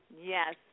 Yes